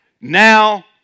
Now